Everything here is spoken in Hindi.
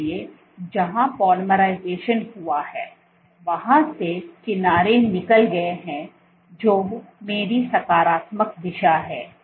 इसलिए जहां पोलीमराइजेशन हुआ है वहां से किनारे निकल गए हैं जो मेरी सकारात्मक दिशा है